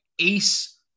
ace